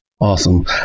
Awesome